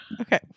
Okay